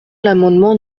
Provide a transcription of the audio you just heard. l’amendement